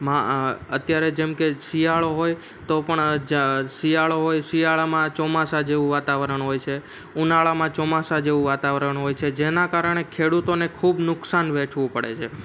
માં અત્યારે જેમકે શિયાળો હોય તો પણ જ શિયાળો હોય શિયાળામાં ચોમાસા જેવું વાતાવરણ હોય છે ઉનાળામાં ચોમાસા જેવું વાતાવરણ હોય છે જેના કારણે ખેડૂતોને ખૂબ નુકસાન વેઠવું પડે છે